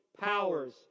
powers